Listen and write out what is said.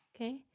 Okay